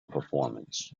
performance